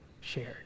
shared